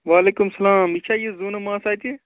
وعلیکُم سلام یہِ چھا یہِ زوٗنہٕ ماس اَتہِ